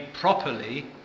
properly